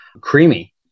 Creamy